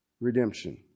Redemption